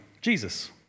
Jesus